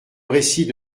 récit